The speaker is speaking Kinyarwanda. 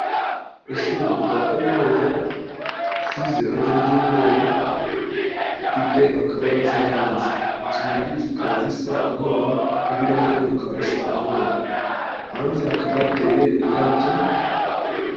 Ishuri rya Kaminuza risize irangi ry'umweru, rifite akabaraza hanze, inzugi zikaba zisa umweru n'ibirahure bikaba bisa umweru, hanze hakaba hateye indabyo.